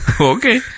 Okay